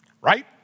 right